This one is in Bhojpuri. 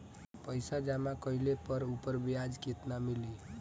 पइसा जमा कइले पर ऊपर ब्याज केतना मिली?